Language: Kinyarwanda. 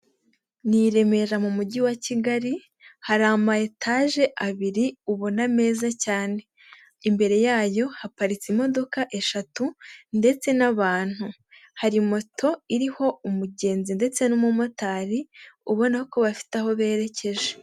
Ni i Remera mu mujyi wa Kigali, hari ama etaje abiri ubona meza cyane, imbere yayo haparitse imodoka eshatu ndetse n'abantu, hari moto iriho umugenzi ndetse n'umumotari, ubona ko bafite aho berekeje.